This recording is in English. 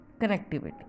Connectivity